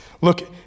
Look